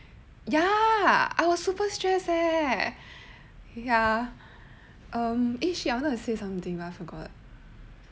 ya I was super stressed leh ya um actually I wanted to say something then I forgot